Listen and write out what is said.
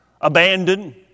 abandoned